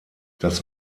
das